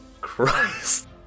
Christ